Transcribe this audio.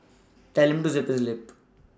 tell him to zip his lip